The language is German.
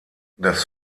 das